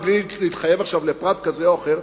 מבלי להתחייב לפרט כזה או אחר,